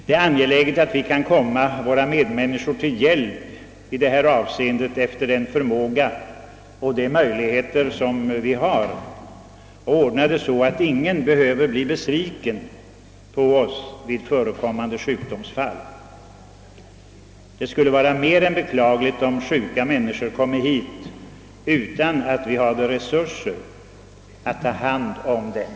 Det är angeläget att vi kan komma våra medmänniskor till hjälp efter den förmåga och de möjligheter vi har och ordna det så att ingen behöver bli besviken på oss vid förekommande sjukdomsfall. Det skulle vara mer än beklagligt om sjuka människor komme hit utan att vi hade resurser att ta hand om dem.